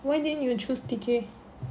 why didn't you choose T_K